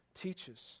teaches